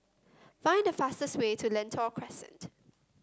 find the fastest way to Lentor Crescent